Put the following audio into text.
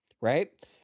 right